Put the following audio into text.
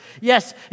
Yes